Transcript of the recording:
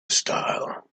style